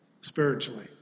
spiritually